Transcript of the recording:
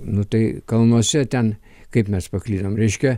nu tai kalnuose ten kaip mes paklydom reiškia